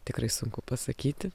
tikrai sunku pasakyti